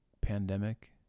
pandemic